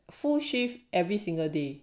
full shift every single day